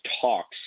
talks